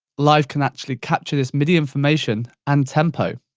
live can actually capture this midi information and tempo.